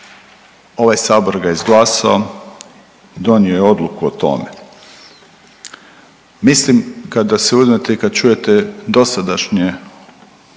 ovaj sabor ga je izglasao, donio je odluku o tome. Mislim kada sve uzmete i kada čujete dosadašnje